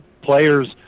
players